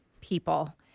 people